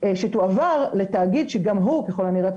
שתועבר לתאגיד שגם הוא ככול הנראה,